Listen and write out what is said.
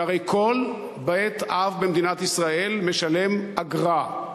שהרי כל בית-אב במדינת ישראל משלם אגרה,